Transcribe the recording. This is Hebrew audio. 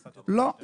לא,